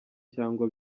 cyangwa